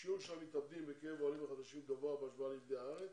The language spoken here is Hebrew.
השיעור של המתאבדים בקרב עולים חדשים גבוה בהשוואה לילידי הארץ,